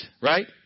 right